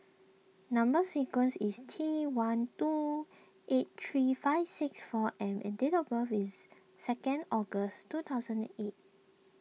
Number Sequence is T one two eight three five six four M and date of birth is second August two thousand and eight